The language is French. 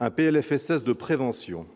un PLFSS de prévention.